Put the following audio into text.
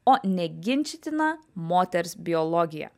o neginčytina moters biologija